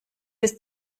ist